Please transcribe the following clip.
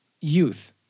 youth